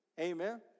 Amen